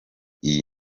iyi